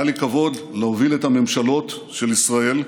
היה לי הכבוד להוביל את הממשלות של ישראל: